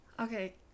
Okay